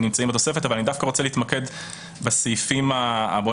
נמצאים בתוספת אבל אני דווקא רוצה להתמקד בסעיפים היותר